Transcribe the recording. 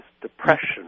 depression